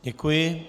Děkuji.